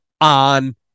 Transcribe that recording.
on